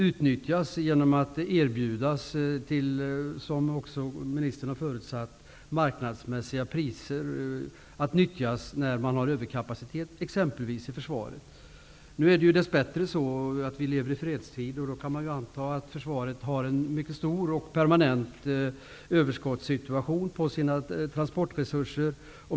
Tjänsterna skall utbjudas till marknadsmässiga priser, vilket också ministern har förutsatt. Man skall utnyttja att det finns överkapacitet, exempelvis i försvaret. Nu lever vi dess bättre i fredstid. Man kan då anta att försvaret har ett mycket stort och permanent överskott av transportresurser.